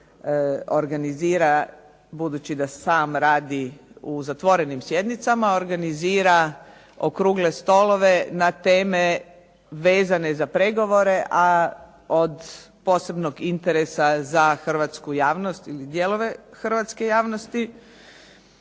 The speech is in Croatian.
organizira budući da sam radi u zatvorenim sjednicama okrugle stolove na teme vezane za pregovore a od posebnog interesa za hrvatsku javnost ili dijelove hrvatske javnosti.